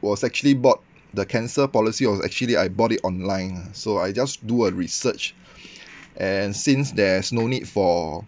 was actually bought the cancer policy was actually I bought it online lah so I just do a research and since there's no need for